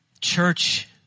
Church